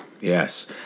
Yes